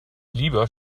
lieber